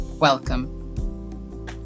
Welcome